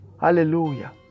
Hallelujah